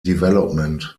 development